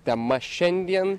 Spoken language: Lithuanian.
tema šiandien